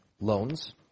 loans